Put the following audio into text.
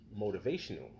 motivational